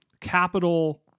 capital